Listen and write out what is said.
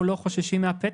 אנחנו לא חוששים מהפתח.